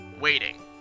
Waiting